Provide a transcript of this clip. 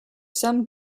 some